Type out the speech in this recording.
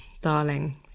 darling